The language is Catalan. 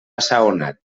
assaonat